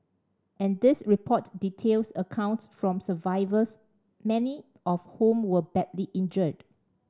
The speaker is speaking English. and this report details accounts from survivors many of whom were badly injured